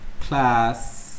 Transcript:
Class